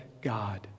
God